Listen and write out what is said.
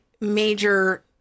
major